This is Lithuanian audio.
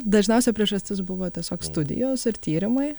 dažniausia priežastis buvo tiesiog studijos ir tyrimai